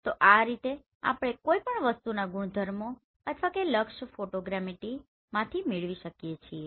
તો આ રીતે આપણે કોઈપણ વસ્તુના ગુણધર્મો અથવા લક્ષ્ય ફોટોગ્રામેટ્રીમાંથી મેળવી શકીએ છીએ